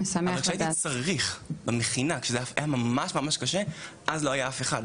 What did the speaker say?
אבל כשהייתי צריך במכינה שזה היה ממש קשה לא היה אף אחד,